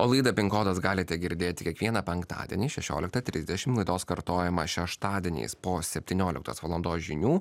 o laidą pin kodas galite girdėti kiekvieną penktadienį šešioliktą trisdešim laidos kartojamą šeštadieniais po septynioliktos valandos žinių